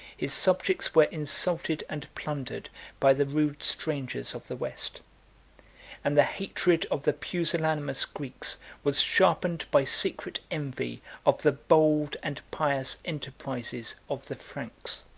his subjects were insulted and plundered by the rude strangers of the west and the hatred of the pusillanimous greeks was sharpened by secret envy of the bold and pious enterprises of the franks.